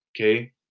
okay